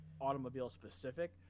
automobile-specific